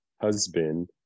husband